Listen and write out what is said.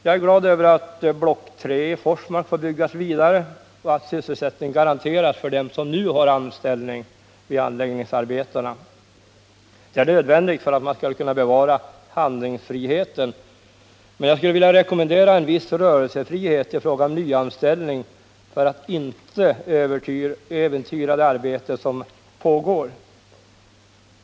Jag är glad över att block 3 i Forsmark får byggas vidare och att sysselsättning garanteras för dem som nu har anställning vid anläggningsarbetena. Det är nödvändigt för att man skall kunna bevara handlingsfriheten, men jag skulle vilja rekommendera en viss rörelsefrihet i fråga om nyanställning för att inte äventyra de arbeten som pågår.